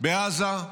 בעזה,